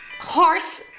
horse